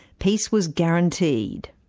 peace was guaranteed.